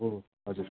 हजुर